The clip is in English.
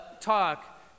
talk